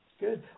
Good